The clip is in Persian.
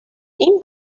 این